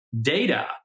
data